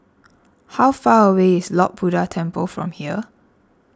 how far away is Lord Buddha Temple from here